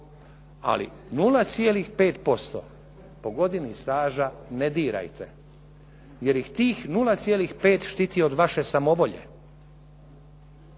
ali 0,5% po godini staža ne dirajte, jer i tih 0,5 štiti od vaše samovolje,